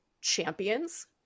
champions